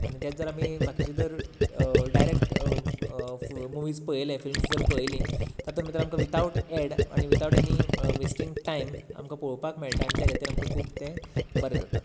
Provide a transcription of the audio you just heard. आनी तेच जर आमी बाकीचे जर डायरेक्ट फूल मुवीज पळयले फिल्म्स जर पळयलीं तातूंत भितर आमकां विदआवट एड आनी विदआवट एनी वेस्टिंग टायम आमकां पळोवपाक मेळटा आनी त्या खातीर खूब तें बरें जाता